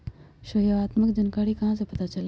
सहयोगात्मक जानकारी कहा से पता चली?